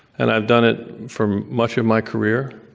and i've done it for much of my career,